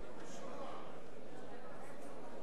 הודעה